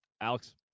Alex